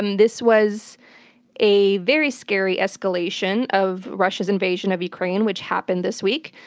um this was a very scary escalation of russia's invasion of ukraine which happened this week.